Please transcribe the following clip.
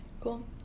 cool